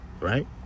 right